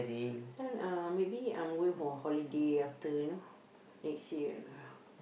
this one ah maybe I'm going for holiday after you know next year